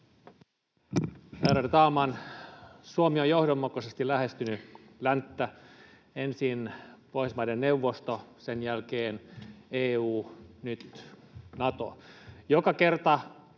Ärade talman! Suomi on johdonmukaisesti lähestynyt länttä: ensin Pohjoismaiden neuvosto, sen jälkeen EU, nyt Nato.